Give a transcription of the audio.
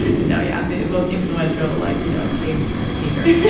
you know yeah the most influential like you know cave painter